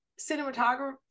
cinematography